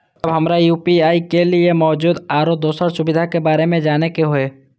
जब हमरा यू.पी.आई के लिये मौजूद आरो दोसर सुविधा के बारे में जाने के होय?